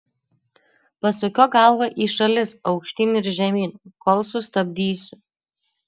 pasukiok galvą į šalis aukštyn ir žemyn kol sustabdysiu